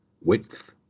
width